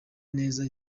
neza